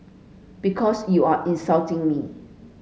because you are insulting me